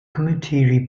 committee